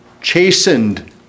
chastened